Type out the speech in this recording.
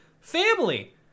family